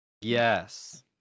Yes